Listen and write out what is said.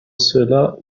cela